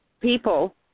people